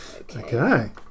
Okay